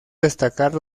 destacar